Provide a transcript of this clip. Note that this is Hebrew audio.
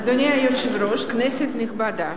אדוני היושב-ראש, כנסת נכבדה,